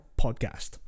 podcast